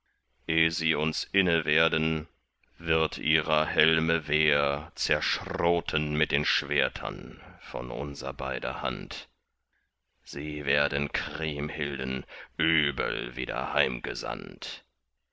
sie uns inne werden wird ihrer helme wehr zerschroten mit den schwertern von unser beider hand sie werden kriemhilden übel wieder